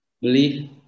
believe